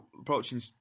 approaching